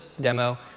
demo